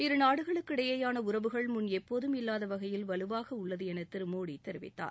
இருநாடுகளுக்கு இடையேயான உறவுகள் முன் எப்போதும் இல்லாத வகையில் வலுவாக உள்ளது என தெரிவித்தார்